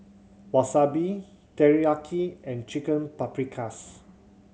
Wasabi Teriyaki and Chicken Paprikas